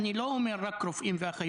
אני לא מדבר רק על רופאים ואחיות,